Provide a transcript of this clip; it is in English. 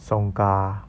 song ka